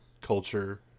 culture